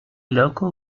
local